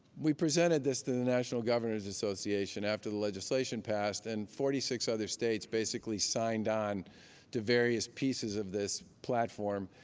we presented this to the national governors association after the legislation passed. and forty six other states basically signed on to various pieces of this platform.